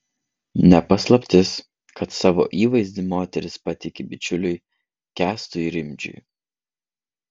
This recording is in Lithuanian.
ne paslaptis kad savo įvaizdį moteris patiki bičiuliui kęstui rimdžiui